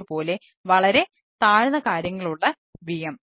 പോലെ വളരെ താഴ്ന്ന കാര്യങ്ങളുള്ള VM